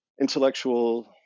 intellectual